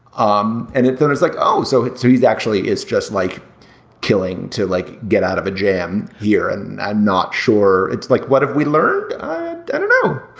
um and it it's like oh so. so he's actually it's just like killing to like get out of a jam here and i'm not sure it's like what have we learned i don't know